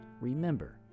Remember